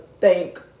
thank